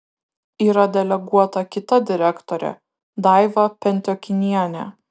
yra deleguota kita direktorė daiva pentiokinienė